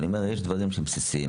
אבל יש דברים שהם בסיסיים.